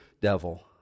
devil